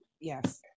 Yes